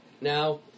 Now